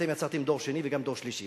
אתם יצרתם דור שני וגם דור שלישי.